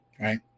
right